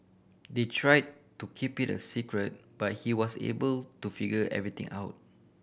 they try to keep it a secret but he was able to figure everything out